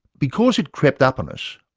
because it crept up on us,